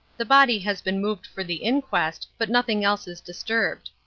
the body has been removed for the inquest, but nothing else is disturbed.